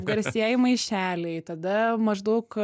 garsieji maišeliai tada maždaug